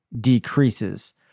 decreases